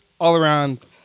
all-around